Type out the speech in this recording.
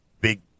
big